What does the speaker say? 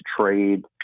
trade